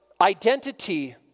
identity